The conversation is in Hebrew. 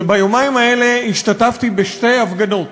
שביומיים האלה השתתפתי בשתי הפגנות